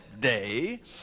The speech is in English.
day